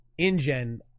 InGen